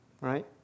right